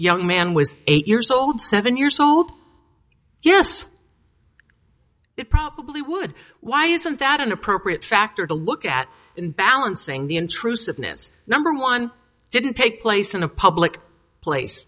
young man was eight years old seven years old yes it probably would why isn't that an appropriate factor to look at and balancing the intrusiveness number one didn't take place in a public place